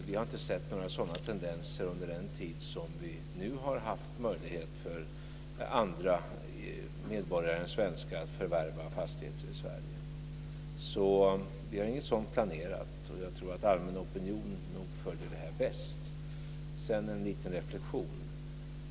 Vi har inte sett några sådana tendenser under den tid som vi nu haft möjlighet för andra medborgare än svenskar att förvärva fastigheter i Sverige. Vi har inget sådant planerat. Jag tror att den allmänna opinionen nog följer detta bäst. Sedan en liten reflexion.